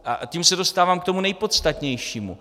A tím se dostávám k tomu nejpodstatnějšímu.